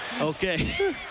Okay